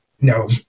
no